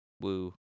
woo